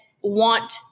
want